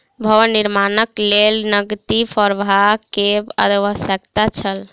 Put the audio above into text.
भवन निर्माणक लेल नकदी प्रवाह के आवश्यकता छल